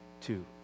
two